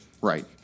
Right